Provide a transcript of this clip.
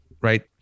Right